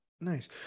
nice